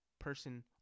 person